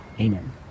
Amen